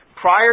prior